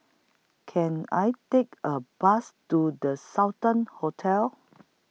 Can I Take A Bus to The Sultan Hotel